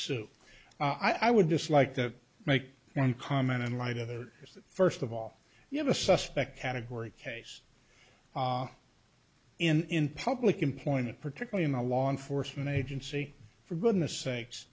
soup i would just like to make one comment in light of that is first of all you have a suspect category case in public employment particularly in a law enforcement agency for goodness sakes